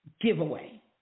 giveaway